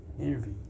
interview